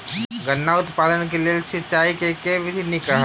गन्ना उत्पादन केँ लेल सिंचाईक केँ विधि नीक रहत?